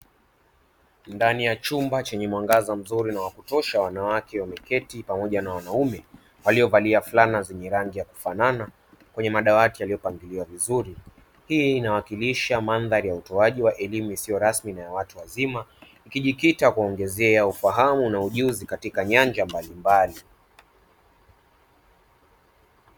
Ndani ya chumba chenye mwanga mzuri na wa kutosha wanawake wameketi pamoja na wanaume walio valia flana zenye rangi ya kufanana, kwenye madawati yaliyopangiliwa vizuri. Hii inawakilisha mandhari ya utoaji wa elimu isiyo rasmi na ya watu wazima, ikijikita kwa kuongezea ufahamu na ujuzi katika nyanja mbalimbali.